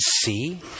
see